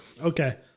okay